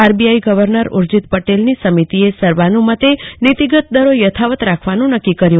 RBI governor Urjit પટેલની સમિતિએ સર્વાનુમત્તે નીતીગત દરો યથાવત રાખવાનું નક્કી કર્યું